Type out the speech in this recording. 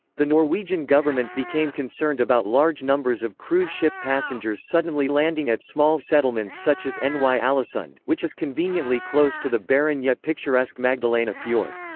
the norwegian government became concerned about large numbers of cruise ship passengers suddenly landing at small settlements such as and ny-alesund, which is conveniently close to the barren-yet-picturesque magdalena fjord.